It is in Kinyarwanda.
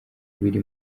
biri